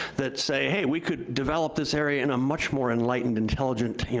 that say hey, we could develop this area in a much more enlightened, intelligent,